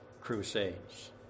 crusades